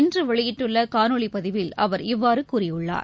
இன்று வெளியிட்டுள்ள காணொளிப் பதிவில் அவர் இவ்வாறு கூறியுள்ளார்